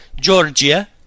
Georgia